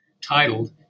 titled